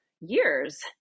years